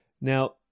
Now